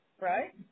Right